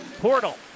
portal